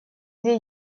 две